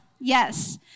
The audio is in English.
Yes